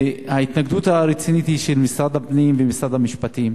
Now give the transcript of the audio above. ההתנגדות הרצינית היא של משרד הפנים ומשרד המשפטים.